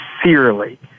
sincerely